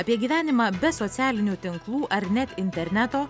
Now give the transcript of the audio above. apie gyvenimą be socialinių tinklų ar net interneto